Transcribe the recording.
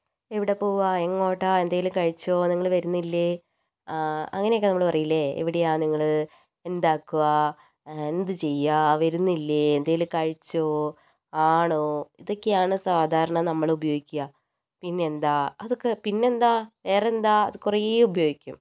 എവിടെ പോകാ എങ്ങോട്ടാ എന്തെങ്കിലും കഴിച്ചോ നിങ്ങൾ വരുന്നില്ലേ അങ്ങനെയൊക്കെ നമ്മൾ പറയില്ലേ എവിടെയാണ് നിങ്ങൾ എന്താക്കുവാ എന്ത് ചെയ്യാ വരുന്നില്ലേ എന്തെങ്കിലും കഴിച്ചോ ആണോ ഇതൊക്കെയാണ് സാധാരണ നമ്മൾ ഉപയോഗിക്കുക പിന്നെന്താ അതൊക്കെ പിന്നെന്താ വേറെന്താ അത് കുറെ ഉപയോഗിക്കും